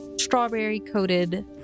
strawberry-coated